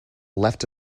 left